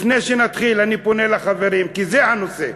לפני שנתחיל אני פונה לחברים, כי זה הנושא.